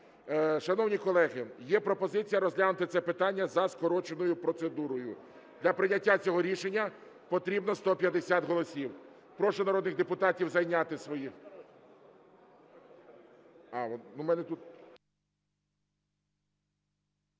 Шановні колеги, є пропозиція розглянути це питання за скороченою процедурою. Для прийняття цього рішення потрібно 150 голосів. Прошу народних депутатів зайняти свої…